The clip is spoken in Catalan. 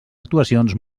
actuacions